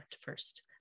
first